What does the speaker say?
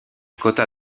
quota